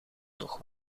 nog